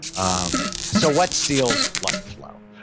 um so what steals blood flow?